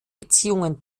beziehungen